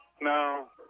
No